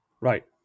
Right